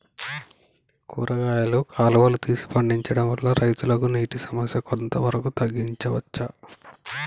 కూరగాయలు కాలువలు తీసి పండించడం వల్ల రైతులకు నీటి సమస్య కొంత వరకు తగ్గించచ్చా?